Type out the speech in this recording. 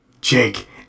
Jake